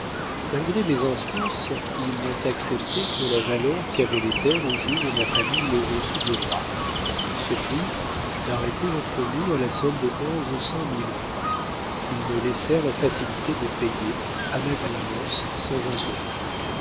malgré mes instances ils n'ont accepté que la valeur qu'avaient les terres au jour où ma famille les reçut du roi ce prix fut arrêté entre nous à la somme de onze cent mille francs qu'ils me laissèrent la facilité de payer à ma convenance sans intérêts